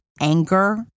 anger